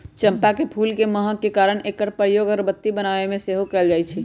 चंपा के फूल के महक के कारणे एकर प्रयोग अगरबत्ती बनाबे में सेहो कएल जाइ छइ